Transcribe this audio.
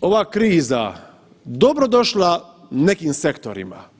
ova kriza dobrodošla nekim sektorima.